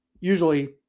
usually